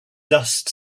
dust